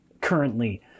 currently